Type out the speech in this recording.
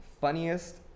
funniest